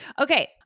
Okay